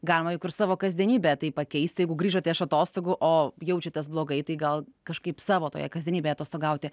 galima juk ir savo kasdienybę taip pakeisti jeigu grįžote iš atostogų o jaučiatės blogai tai gal kažkaip savo toje kasdienybėje atostogauti